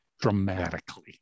dramatically